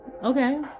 Okay